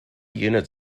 unit